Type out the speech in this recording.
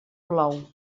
plou